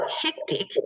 hectic